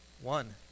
One